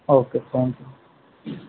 okay thank you